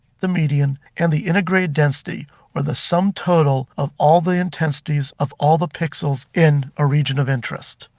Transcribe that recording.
the median and the integrated destiny or the sum total of all the intensities of all the pixels in a region of interest.